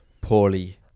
poorly